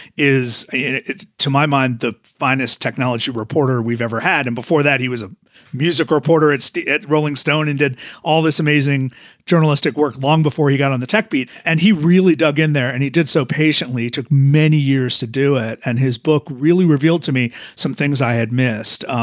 is it, to my mind, the finest technology reporter we've ever had. and before that, he was a music reporter at so the at rolling stone and did all this amazing journalistic work long before he got on the tech beat. and he really dug in there. and he did so patiently, took many years to do it. and his book really revealed to me some things i had missed.